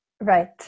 Right